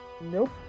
nope